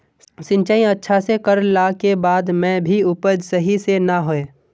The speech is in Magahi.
सिंचाई अच्छा से कर ला के बाद में भी उपज सही से ना होय?